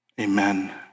Amen